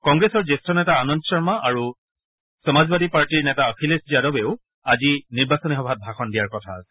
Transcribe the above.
কংগ্ৰেছৰ জ্যেষ্ঠ নেতা আনন্দ শৰ্মা আৰু সমাজবাদী পাৰ্টিৰ নেতা অখিলেশ যাদৱেও আজি নিৰ্বাচনী সভাত ভাষণ দিয়াৰ কথা আছে